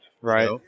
Right